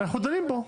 אנחנו דנים בו.